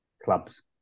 Clubs